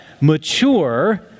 Mature